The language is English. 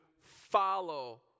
follow